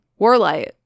warlight